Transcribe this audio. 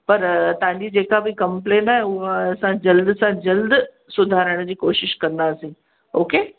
पर तव्हां जी जेका बि कंप्लेन आहे उहा असां जल्द सां जल्द सुधारण जी कोशिश कंदासी ओके